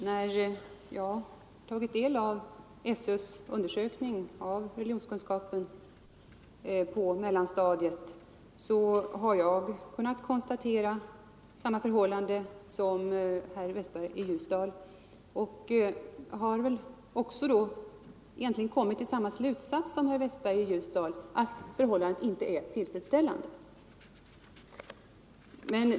Herr talman! När jag tagit del av skolöverstyrelsens undersökning rörande religionskunskapen på mellanstadiet har jag kunnat konstatera samma förhållande som herr Westberg i Ljusdal, och jag har också kommit till samma slutsats som herr Westberg: förhållandena är inte tillfredsställande.